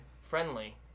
Friendly